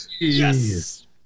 Yes